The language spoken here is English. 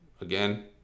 again